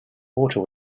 water